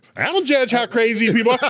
i don't judge how crazy people are!